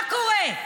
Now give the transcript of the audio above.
מה קורה?